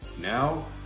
Now